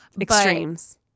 extremes